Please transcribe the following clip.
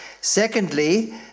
Secondly